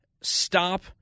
stop